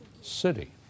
city